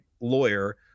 lawyer